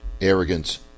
arrogance